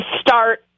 start